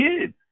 kids